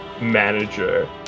manager